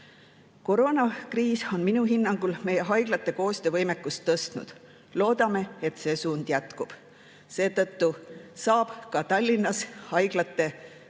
koostööd. Koroonakriis on minu hinnangul meie haiglate koostöövõimekust tõstnud. Loodame, et see suund jätkub. Seetõttu saab ka Tallinnas haiglate